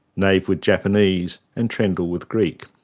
nave with japanese and trendall with greek.